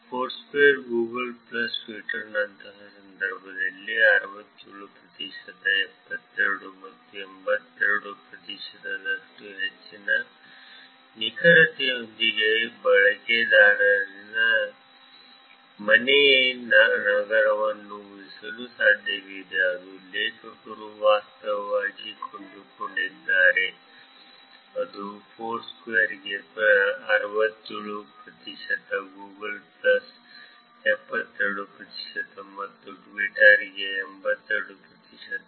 Foursquare Google plus ಮತ್ತು ಟ್ವಿಟರ್ನ ಸಂದರ್ಭದಲ್ಲಿ 67 ಪ್ರತಿಶತ 72 ಮತ್ತು 82 ಪ್ರತಿಶತದಷ್ಟು ಹೆಚ್ಚಿನ ನಿಖರತೆಯೊಂದಿಗೆ ಬಳಕೆದಾರರ ಮನೆ ನಗರವನ್ನು ಊಹಿಸಲು ಸಾಧ್ಯವಿದೆ ಎಂದು ಲೇಖಕರು ವಾಸ್ತವವಾಗಿ ಕಂಡುಕೊಂಡಿದ್ದಾರೆ ಇದು ಫೋರ್ಸ್ಕ್ವೇರ್ಗೆ 67 ಪ್ರತಿಶತ ಗೂಗಲ್ ಪ್ಲಸ್ಗೆ 72 ಪ್ರತಿಶತ ಮತ್ತು Twitter ಗೆ 82 ಪ್ರತಿಶತ